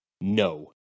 No